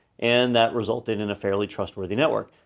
and that resulted in a fairly trustworthy network.